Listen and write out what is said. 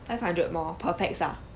five hundred more per pax ah